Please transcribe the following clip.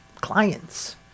clients